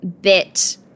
bit